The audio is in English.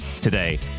today